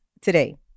today